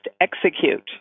execute